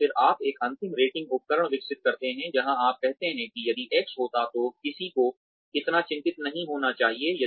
और फिर आप एक अंतिम रेटिंग उपकरण विकसित करते हैं जहां आप कहते हैं कि यदि X होता है तो किसी को इतना चिंतित नहीं होना चाहिए